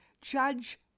Judge